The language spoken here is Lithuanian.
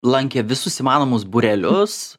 lankė visus įmanomus būrelius